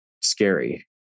scary